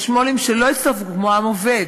יש מו"לים שלא הצטרפו, כמו "עם עובד",